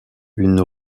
une